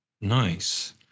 nice